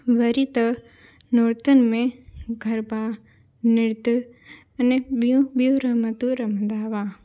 वरी त नोरतनि में गरबा नृतु याने ॿियूं ॿियूं रमंदियूं रमंदा हुआ